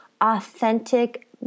authentic